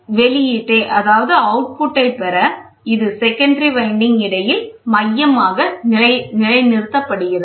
வெளியீட்டைப் பெற இது செகண்டரி வைண்டிங் இடையில் மையமாக நிலைநிறுத்தப்படுகிறது